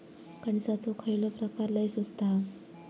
कणसाचो खयलो प्रकार लय स्वस्त हा?